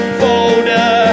folder